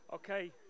Okay